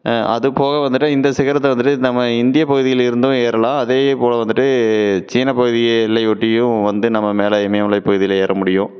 ஆ அது போக வந்துட்டு இந்த சிகரத்தை வந்துட்டு நம்ம இந்திய பகுதியில் இருந்தும் ஏறலாம் அதே போல் வந்துட்டு சீனப் பகுதி எல்லை ஒட்டியும் வந்து நம்ம மேல் இமயமலை பகுதியில் ஏற முடியும்